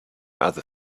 other